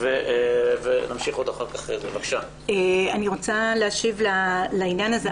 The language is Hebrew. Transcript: אני רוצה להשיב לעניין הזה.